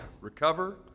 recover